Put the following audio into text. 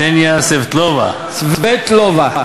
קסניה סֵבְטְלוֹבה, סְבֵטְלובה.